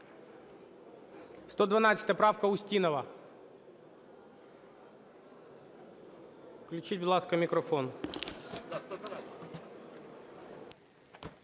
112 правка, Устінова. Включіть, будь ласка, мікрофон.